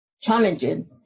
challenging